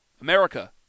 America